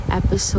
episode